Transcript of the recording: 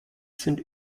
sind